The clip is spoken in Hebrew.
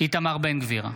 איתמר בן גביר,